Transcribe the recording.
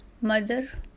Mother